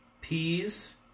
Peas